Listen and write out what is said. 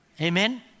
Amen